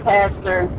Pastor